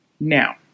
Now